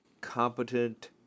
competent